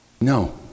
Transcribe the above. No